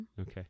Okay